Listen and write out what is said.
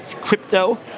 crypto